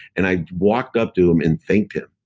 and i walked up to him and thanked him.